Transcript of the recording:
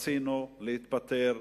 רצינו להתפטר,